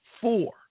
four